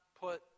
put